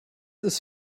ist